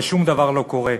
ושום דבר לא קורה.